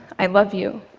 i love you.